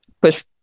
push